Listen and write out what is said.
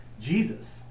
Jesus